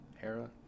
Hera